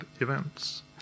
events